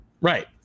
Right